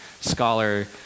Scholar